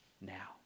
now